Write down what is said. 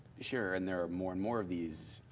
sure, and there are more and more of these